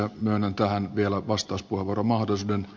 myönnän tähän vielä vastauspuheenvuoromahdollisuuden